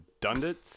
Dundits